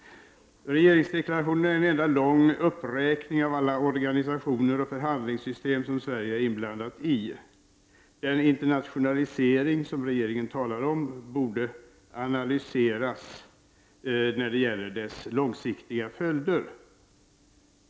Regeringsdeklarationen är en enda lång uppräkning av alla de organisationer och förhandlingssystem som Sverige är inblandat i. Den internationalisering som regeringen talar om borde analyseras när det gäller dess långsiktiga följder.